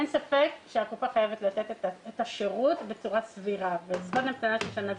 אין ספק שהקופה חייבת לתת את השירות בצורה סבירה ותור אחרי שנה,